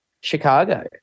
Chicago